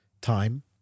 time